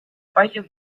palju